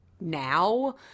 now